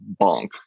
Bonk